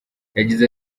yagize